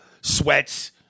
sweats